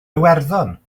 iwerddon